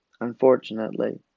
unfortunately